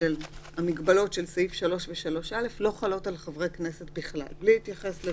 עובד עם משרדי פרסום ייחודיים לכל מיני מגזרים,